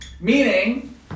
Meaning